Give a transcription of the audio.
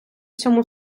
всьому